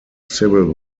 civil